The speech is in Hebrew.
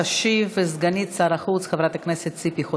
תשיב סגנית שר החוץ חברת הכנסת ציפי חוטובלי.